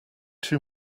too